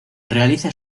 realiza